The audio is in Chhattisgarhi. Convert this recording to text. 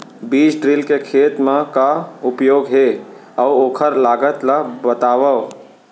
बीज ड्रिल के खेत मा का उपयोग हे, अऊ ओखर लागत ला बतावव?